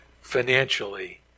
financially